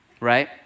right